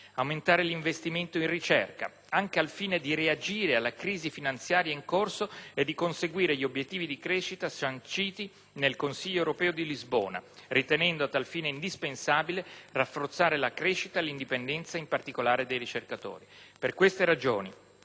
aumentare l'investimento sulla ricerca, anche al fine di reagire alla crisi finanziaria in corso e di conseguire gli obiettivi di crescita sanciti nel Consiglio europeo di Lisbona, ritenendo a tal fine indispensabile rafforzare la crescita e l'indipendenza, in particolare, dei ricercatori. Per queste ragioni,